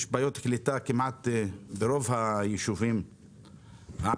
יש בעיות קליטה כמעט בכרוב היישובים הערביים.